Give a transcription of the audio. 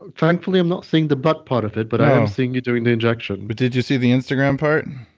ah thankfully, i'm not seeing the butt part of it no but i am seeing you doing the injection but did you see the instagram part?